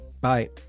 Bye